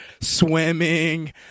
swimming